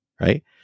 right